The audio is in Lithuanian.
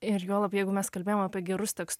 ir juolab jeigu mes kalbėjom apie gerus tekstus